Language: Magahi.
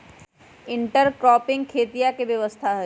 इंटरक्रॉपिंग खेतीया के व्यवस्था हई